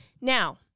Now